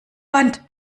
band